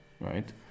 right